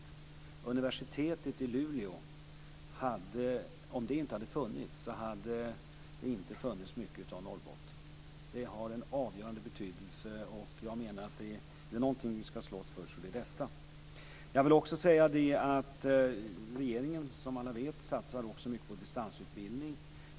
Om universitetet i Luleå inte hade funnits, hade det inte funnits mycket av Norrbotten. Det har en avgörande betydelse, och jag menar att om det är någonting som vi skall slåss för så är det detta. Som alla vet satsar regeringen också mycket på distansutbildning.